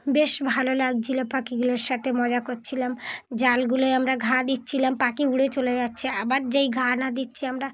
বেশ ভালো লাগছিল পাখিগুলোর সাথে মজা করছিলাম জালগুলোয় আমরা ঘা দিচ্ছিলাম পাখি উড়ে চলে যাচ্ছে আবার যেই ঘা না দিচ্ছি আমরা